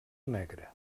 negre